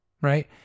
right